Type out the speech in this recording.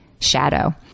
shadow